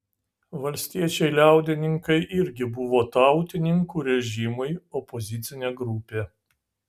valstiečiai liaudininkai irgi buvo tautininkų režimui opozicinė grupė